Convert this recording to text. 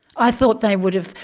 i thought they would have,